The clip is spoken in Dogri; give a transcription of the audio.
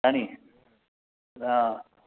ऐ नी हां